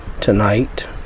tonight